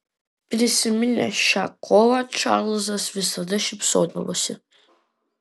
prisiminęs šią kovą čarlzas visada šypsodavosi